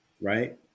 right